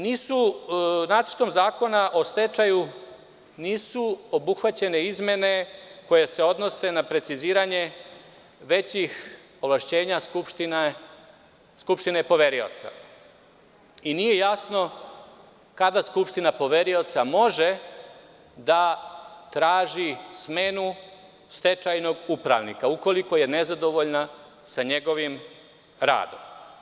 Nacrtom zakona o stečaju nisu obuhvaćene izmene koje se odnose na preciziranje većih ovlašćenja skupštine poverioca i nije jasno kada skupština poverioca može da traži smenu stečajnog upravnika ukoliko je nezadovoljna sa njegovim radom.